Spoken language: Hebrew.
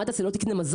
מה תעשה, לא תקנה מזון?